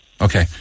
Okay